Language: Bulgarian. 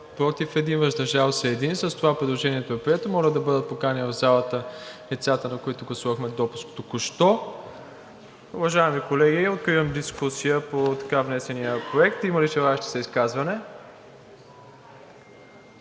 против 1, въздържал се 1. С това предложението е прието. Моля да бъдат поканени в залата лицата, на които гласувахме току-що допуск. Уважаеми колеги, откривам дискусия по така внесения проект. Има ли желаещи за изказване?